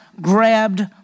grabbed